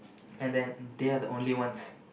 and then they are the only ones